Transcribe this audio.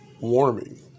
warming